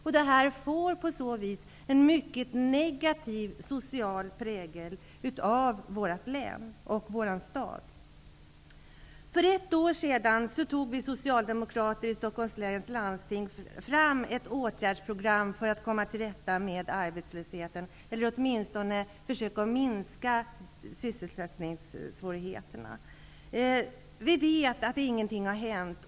Vårt län och vår stad får därmed en mycket negativ social prägel. För ett år sedan tog socialdemokraterna i Stockholms läns landsting fram ett åtgärdsprogram för att komma till rätta med arbetslösheten eller för att åtminstone försöka minska sysselsättningssvårigheterna. Vi vet att ingenting har hänt.